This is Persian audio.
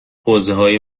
حوزههای